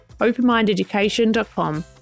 openmindeducation.com